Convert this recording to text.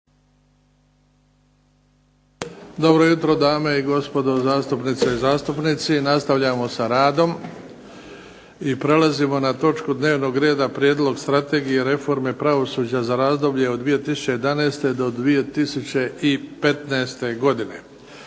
Dobro jutro dame i gospodo zastupnice i zastupnici. Nastavljamo sa radom i prelazimo na točku dnevnog reda - Prijedlog Strategije reforme pravosuđa za razdoblje od 2011. do 2015. godine